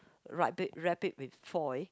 wrap it wrap it with foil